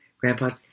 Grandpa